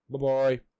Bye-bye